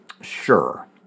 Sure